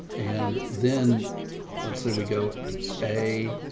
and then let's say, we go a,